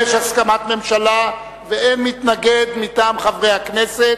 יש הסכמת הממשלה ואין מתנגד מטעם חברי הכנסת.